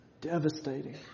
devastating